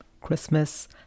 Christmas